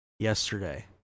Yesterday